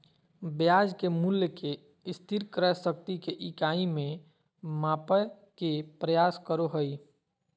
ब्याज के मूल्य के स्थिर क्रय शक्ति के इकाई में मापय के प्रयास करो हइ